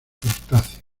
crustáceos